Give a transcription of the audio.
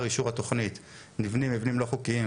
אישור התוכנית נבנים מבנים לא חוקיים